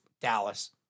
Dallas